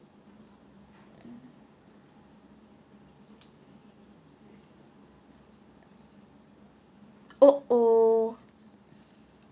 oh oh